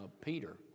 Peter